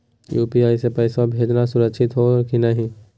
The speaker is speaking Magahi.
यू.पी.आई स पैसवा भेजना सुरक्षित हो की नाहीं?